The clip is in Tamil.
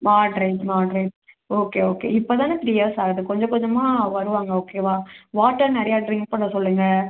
மாட்ரேட் மாட்ரேட் ஓகே ஓகே இப்போ தான த்ரீ இயர்ஸ் ஆகுது கொஞ்சம் கொஞ்சமாக வருவாங்க ஓகேவா வாட்டர் நிறையா ட்ரிங்க் பண்ண சொல்லுங்க